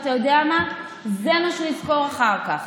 ואתה יודע מה, זה מה שהוא יזכור אחר כך.